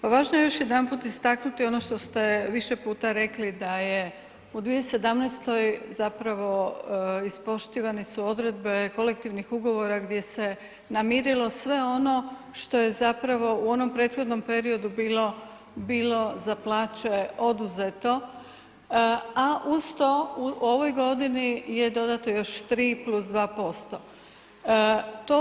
Pa važno je još jedanput istaknuti ono što ste više puta rekli da je u 2017. zapravo ispoštovane su odredbe kolektivnih ugovora gdje se namirilo sve ono što je zapravo u onom prethodnom periodu bilo za plaće oduzeto a uz to u ovoj godini je dodato još 3 + 2%